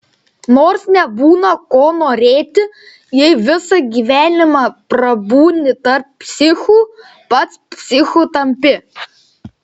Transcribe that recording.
nors nebūna ko norėti jei visą gyvenimą prabūni tarp psichų pats psichu tampi